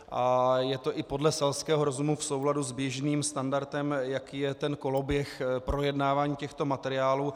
A je to i podle selského rozumu v souladu s běžným standardem, jaký je koloběh projednávání těchto materiálů.